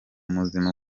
muzima